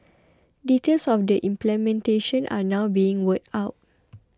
details of the implementation are now being worked out